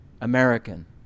American